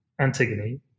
Antigone